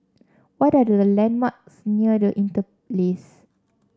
what are the landmarks near The Interlace